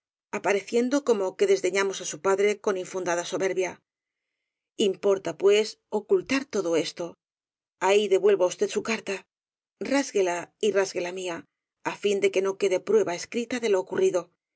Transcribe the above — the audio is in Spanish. apareciendo como que desdeñamos á su padre con infundada soberbia importa pues ocultar todo esto ahí devuelvo á usted su carta rásguela y rasgue la mía á fin de que no quede prueba escrita de lo ocurrido